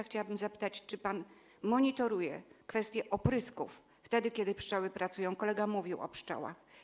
Chciałabym zapytać, czy pan monitoruje kwestię oprysków, wtedy kiedy pszczoły pracują, kolega mówił o pszczołach.